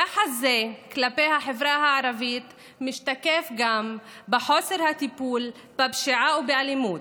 יחס זה כלפי החברה הערבית משתקף גם בחוסר הטיפול בפשיעה ובאלימות,